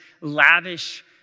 lavish